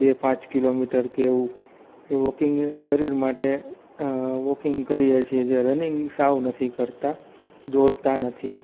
બે પાંચ kilometre કે એવું વોકિંગ શરીર માટે વોકિંગ કરીએ છીએ જ્યારે રનિંગ સાવ નથી કરતાં દોડતા નથી